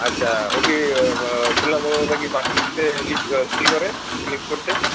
আচ্ছা ও কি শুনলাম ও নাকি লিফট করে করতে